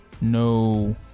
no